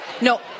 No